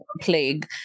plague